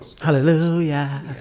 Hallelujah